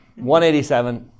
187